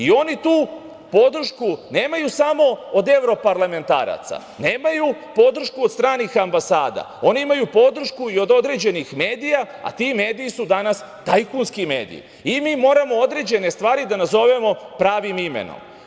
Oni tu podršku nemaju samo od evroparlamentaraca, nemaju podršku od stranih ambasada, oni imaju podršku i od određenih medija, a ti mediji su danas tajkunski mediji i mi moramo određene stvari da nazovemo pravim imenom.